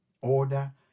order